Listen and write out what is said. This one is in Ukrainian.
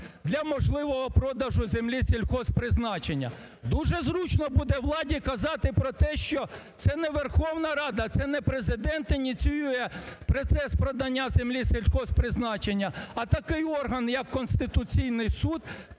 для можливого продажу землі сільхозпризначення. Дуже зручно буде владі казати про те, що це не Верховна Рада, це не Президент ініціює процес продажу землі сільхозпризначення, а такий орган, як Конституційний Суд